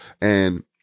And-